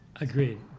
Agreed